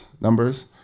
numbers